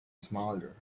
smaller